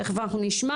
תכף אנחנו נשמע,